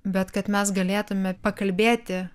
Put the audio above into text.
bet kad mes galėtume pakalbėti